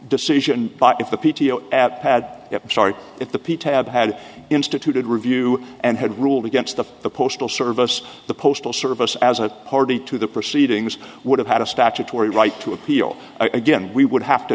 had sorry if the p t had had instituted review and had ruled against the the postal service the postal service as a party to the proceedings would have had a statutory right to appeal again we would have to